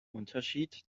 unterschied